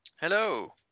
Hello